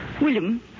William